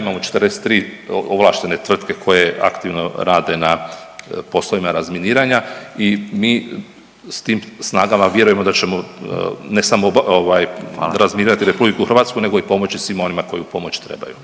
imamo 43 ovlaštene tvrtke koje aktivno rade na poslovima razminiranja i mi s tim snagama vjerujemo da ćemo ne samo razminirati Republiku Hrvatsku, nego i pomoći svima onima koji pomoć trebaju.